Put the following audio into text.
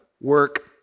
work